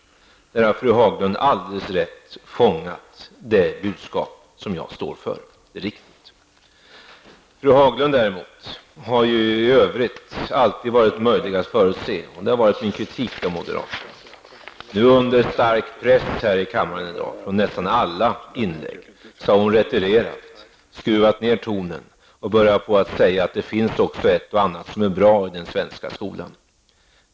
Där har fru Haglund alldeles rätt fångat det budskap som jag står för. Fru Haglund har i övrigt alltid varit möjlig att förutse. Det har varit min kritik av moderaterna. Under stark press här i kammaren i dag har hon i nästan alla inlägg retirerat, skruvat ner tonen och börjat säga att det finns också ett och annat som är bra i den svenska skolan.